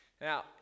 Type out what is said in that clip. Now